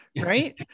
right